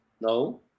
No